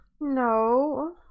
no